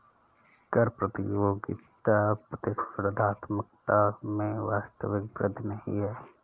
कर प्रतियोगिता प्रतिस्पर्धात्मकता में वास्तविक वृद्धि नहीं है